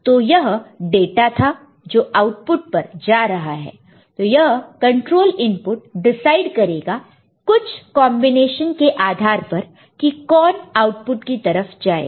तो यह डाटा था जो आउटपुट पर जा रहा है तो यह कंट्रोल इनपुट डिसाइड करेगा कुछ कॉन्बिनेशन के आधार पर कि कौन आउटपुट की तरफ जाएगा